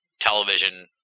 television